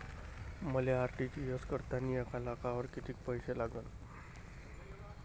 मले आर.टी.जी.एस करतांनी एक लाखावर कितीक पैसे लागन?